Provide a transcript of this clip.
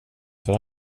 för